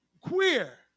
queer